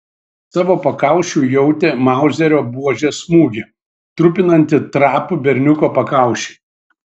savo pakaušiu jautė mauzerio buožės smūgį trupinantį trapų berniuko pakaušį